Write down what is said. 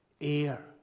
air